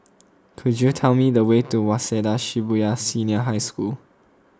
could you tell me the way to Waseda Shibuya Senior High School